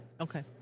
okay